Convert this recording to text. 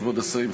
כבוד השרים,